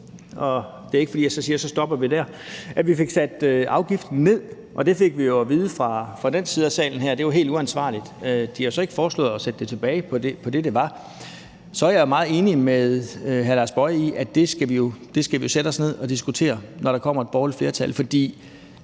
Det er ikke, fordi jeg siger, at så stopper vi der. Men vi fik sat afgiften ned, og vi fik jo at vide fra den ene side af salen, at det var helt uansvarligt. De har så ikke foreslået at sætte det tilbage til det, det var. Så er jeg meget enig med hr. Lars Boje Mathiesen i, at vi jo skal sætte os ned og diskutere det, når der kommer et borgerligt flertal, for